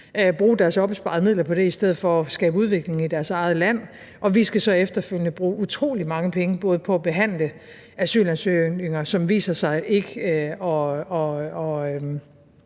bruge deres opsparede midler på det i stedet for at skabe udvikling i deres eget land. Og vi skal så efterfølgende bruge utrolig mange penge på at behandle asylansøgninger, som viser sig ikke at